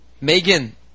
Megan